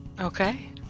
Okay